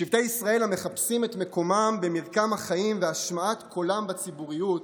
שבטי ישראל המחפשים את מקומם במרקם החיים והשמעת קולם בציבוריות,